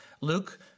Luke